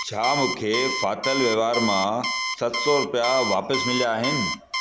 छा मूंखे फाथलु वहिंवार मां सति सौ रुपया वापसि मिलिया आहिनि